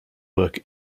work